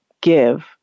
give